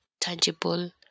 tangible